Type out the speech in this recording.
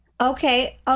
Okay